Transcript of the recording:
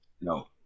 No